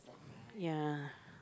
ya